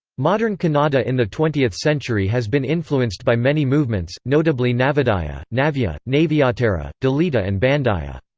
modern kannada in the twentieth century has been influenced by many movements, notably navodaya, navya, navyottara, dalita and bandaya.